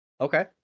Okay